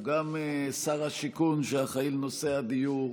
הוא גם שר השיכון שאחראי לנושא הדיור,